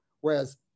Whereas